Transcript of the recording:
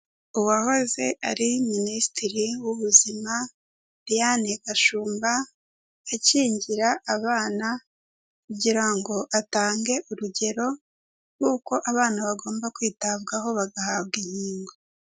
Uwahoze ari minisitiri w'ubuzima Diane Gashumba, akingira abana kugira ngo atange urugero rw'uko abana bagomba kwitabwaho bagahabwa inkingo.